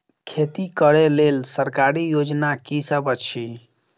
खेती करै लेल सरकारी योजना की सब अछि?